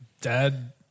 Dad